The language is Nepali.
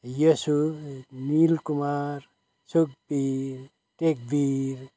यिसु निल कुमार सुकबिर टेकबिर